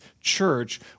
church